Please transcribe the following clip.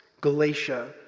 Galatia